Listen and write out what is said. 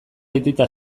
aitita